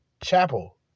Chapel